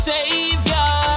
Savior